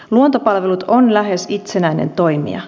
luontopalvelut on lähes itsenäinen toimija